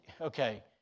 okay